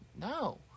No